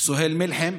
סוהיל מלחם,